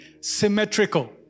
Symmetrical